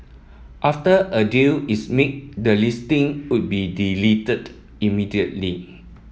after a deal is made the listing would be deleted immediately